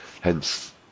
Hence